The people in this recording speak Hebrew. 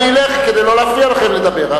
אני אלך כדי לא להפריע לכם לדבר.